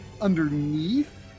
underneath